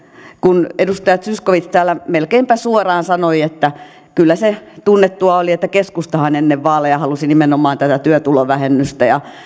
kun edustaja zyskowicz täällä melkeinpä suoraan sanoi että kyllä se tunnettua oli että keskustahan ennen vaaleja halusi nimenomaan tätä työtulovähennystä